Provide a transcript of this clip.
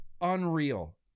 unreal